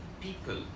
people